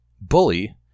Bully